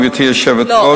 גברתי היושבת-ראש,